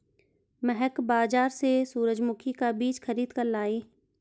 महक बाजार से सूरजमुखी का बीज खरीद कर लाई